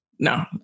No